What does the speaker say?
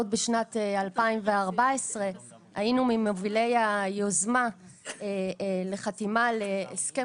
עוד בשנת 2014 היינו ממובילי היוזמה לחתימה על הסכם